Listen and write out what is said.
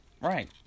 right